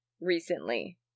recently